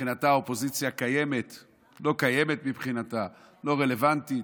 מבחינתה האופוזיציה לא קיימת, לא רלוונטית.